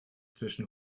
zwischen